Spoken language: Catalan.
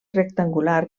rectangular